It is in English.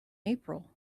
april